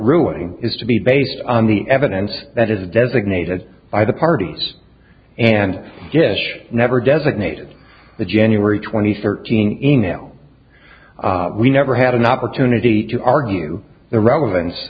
ruling is to be based on the evidence that is designated by the parties and dish never designated the january twenty third gene in l we never had an opportunity to argue the relevance